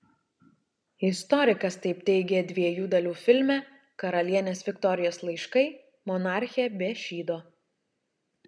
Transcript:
istorikas taip teigė dviejų dalių filme karalienės viktorijos laiškai monarchė be šydo